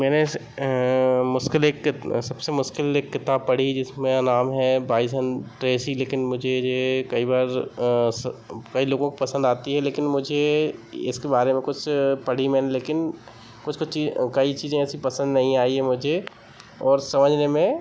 मैंने मुश्किल एक सबसे मुश्किल एक किताब पढ़ी जिसमें नाम है बाइसन ट्रेसी लेकिन मुझे ये कई बार कई लोगों को पसंद आती है लेकिन मुझे इसके बारे में कुछ पढ़ी मैंने लेकिन कुछ कुछ कई चीज़ें ऐसी पसंद नहीं आई है मुझे और समझने में